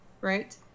right